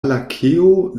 lakeo